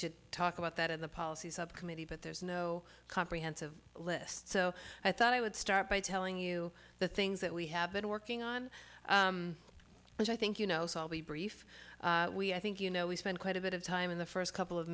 should talk about that at the policy subcommittee but there's no comprehensive list so i thought i would start by telling you the things that we have been working on which i think you know so i'll be brief we i think you know we spent quite a bit of time in the first couple of